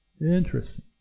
Interesting